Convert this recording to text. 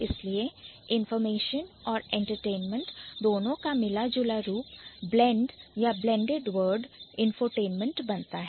इसलिए Information और Entertainment दोनों का मिला जुला रूप blend ya blended wordInfotainment बनता है